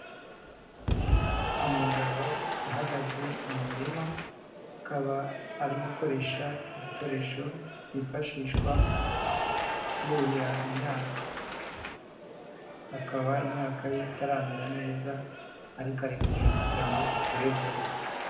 Umugabo uhagaze mu murima, akaba ari gukoresha igikoresho cyifashishwa buhira imyaka, akaba imyaka ye itamera neza ariko ari kuhira kugira ngo ikure vuba.